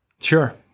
Sure